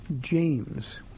James